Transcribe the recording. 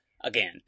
again